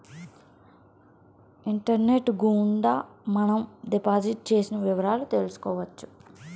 internet గుండా మనం deposit చేసిన వివరాలు తెలుసుకోవచ్చు